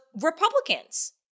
Republicans